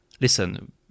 Listen